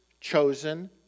chosen